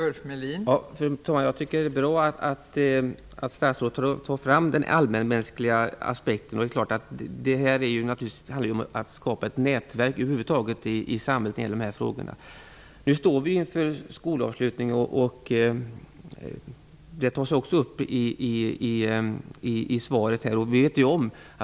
Fru talman! Jag tycker att det är bra att statsrådet håller fram den allmänmänskliga aspekten. Det finns över huvud taget anledning att skapa ett nätverk i samhället i dessa frågor. Vi står nu inför en skolavslutning, vilket nämns också i svaret.